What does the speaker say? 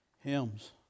hymns